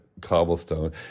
cobblestone